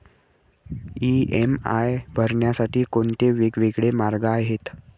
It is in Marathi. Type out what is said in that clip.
इ.एम.आय भरण्यासाठी कोणते वेगवेगळे मार्ग आहेत?